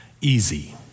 easy